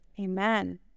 Amen